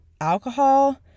alcohol